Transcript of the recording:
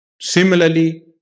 similarly